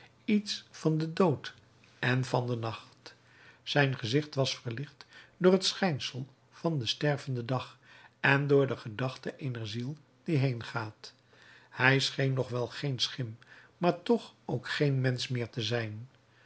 iets van den dood en van den nacht zijn gezicht was verlicht door het schijnsel van den stervenden dag en door de gedachte eener ziel die heengaat hij scheen nog wel geen schim maar toch ook geen mensch meer te zijn